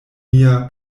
mia